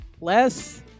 less